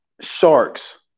sharks